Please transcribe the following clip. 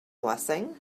blessing